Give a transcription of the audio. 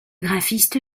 graphiste